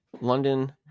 London